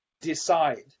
decide